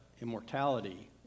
immortality